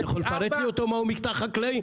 אתה יכול לפרט לי אותו, מהו מקטע חקלאי?